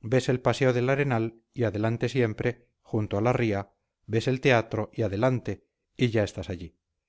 ves el paseo del arenal y adelante siempre junto a la ría ves el teatro y adelante y ya estás allí